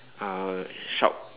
uh shout